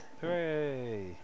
Hooray